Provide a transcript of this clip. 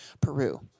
Peru